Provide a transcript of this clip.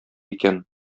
икән